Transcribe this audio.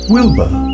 Wilbur